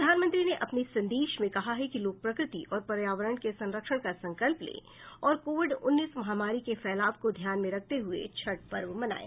प्रधानमंत्री ने अपने संदेश में कहा है कि लोग प्रकृति और पर्यावरण के संरक्षण का संकल्प ले और कोविड उन्नीस महामारी के फैलाव को ध्यान में रखते हुए छठ पर्व मनाये